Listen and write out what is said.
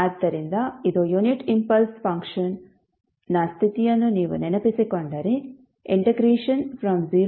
ಆದ್ದರಿಂದ ಇದು unit impulse function ನ ಸ್ಥಿತಿಯನ್ನು ನೀವು ನೆನಪಿಸಿಕೊಂಡರೆ 0 tdte0 1